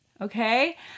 okay